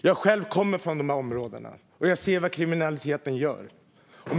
Jag kommer själv från dessa områden, och jag ser vad kriminaliteten gör.